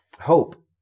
hope